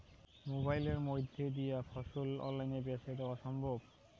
মোবাইলের মইধ্যে দিয়া কি ফসল অনলাইনে বেঁচে দেওয়া সম্ভব?